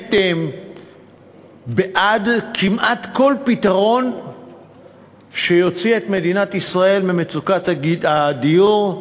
באמת בעד כמעט כל פתרון שיוציא את מדינת ישראל ממצוקת הדיור,